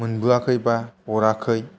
मोनबोयाखै बा हराखै